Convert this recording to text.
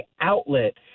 outlet